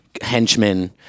henchmen